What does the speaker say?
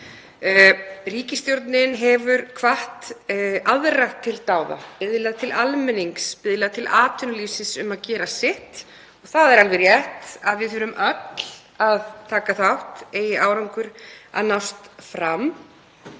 Ríkisstjórnin hefur hvatt aðra til dáða og biðlað til almennings og atvinnulífsins um að gera sitt. Það er alveg rétt að við þurfum öll að taka þátt eigi árangur að nást fram,